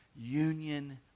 union